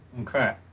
Okay